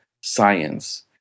science